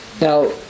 Now